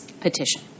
petition